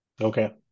Okay